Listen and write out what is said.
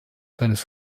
seines